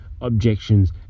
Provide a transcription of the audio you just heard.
objections